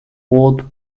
world